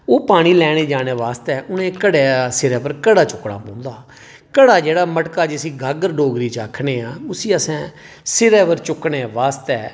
ओह् पानी लैने आस्तै उ'नें गी सिरै उप्पर घड़ा चुक्कना पौंदा हा घड़ा जेह्का गागर जिसी अस आखने आं उसी अस सिरै पर चुक्कने आस्तै